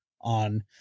on